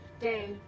day